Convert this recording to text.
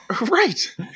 Right